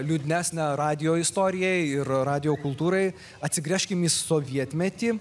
liūdnesnę radijo istorijai ir radijo kultūrai atsigręžkim į sovietmetį